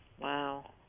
Wow